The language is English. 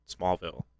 Smallville